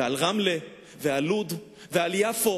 ועל רמלה, ועל לוד ועל יפו?